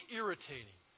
irritating